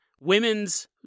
women's